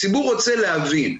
הציבור רוצה להבין,